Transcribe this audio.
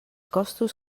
costos